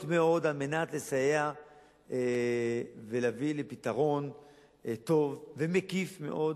מאוד כדי לסייע ולהביא לפתרון טוב ומקיף מאוד